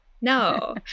no